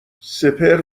سپهر